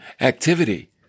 activity